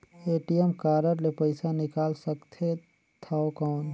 ATM card ले पइसा निकाल सकथे थव कौन?